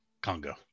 Congo